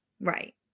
Right